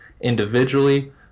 individually